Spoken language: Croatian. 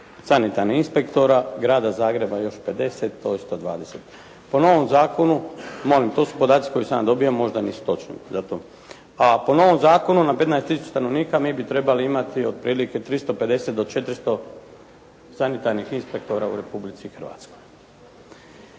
sanitarnih inspektora Grada Zagreba još 50, to je 120. Po novom zakonu, molim to su podaci koje sam ja dobio, a možda nisu točni, a po novom zakonu na 15 tisuća stanovnika mi bi trebali imati otprilike 350 do 400 sanitarnih inspektora u Republici Hrvatskoj.